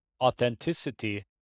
authenticity